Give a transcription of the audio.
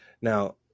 Now